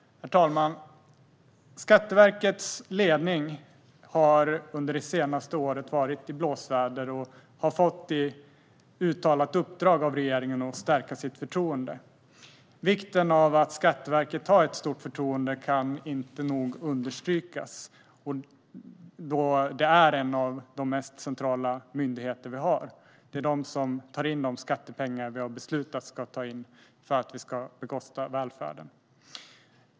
Herr talman! Skatteverkets ledning har under det senaste året varit i blåsväder, och Skatteverket har därför fått i uttalat uppdrag av regeringen att stärka sitt förtroende. Vikten av att Skatteverket åtnjuter stort förtroende kan inte nog understrykas. Det är en av våra mest centrala myndigheter då man tar in de skattepengar som vi har beslutat ska tas in för att bekosta välfärden.